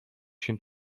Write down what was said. шинэ